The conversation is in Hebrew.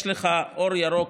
יש לך אור ירוק,